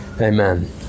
Amen